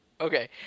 Okay